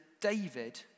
David